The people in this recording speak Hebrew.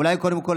אולי קודם כול,